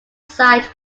side